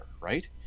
right